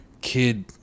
kid